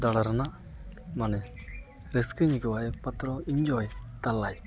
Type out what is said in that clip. ᱫᱟᱲᱟ ᱨᱮᱱᱟᱜ ᱢᱟᱱᱮ ᱨᱟᱹᱥᱠᱟᱹᱧ ᱟᱹᱭᱠᱟᱹᱣᱟ ᱮᱠ ᱢᱟᱛᱨᱚ ᱤᱱᱡᱚᱭ ᱛᱟᱞᱞᱟᱭ